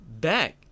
Back